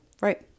Right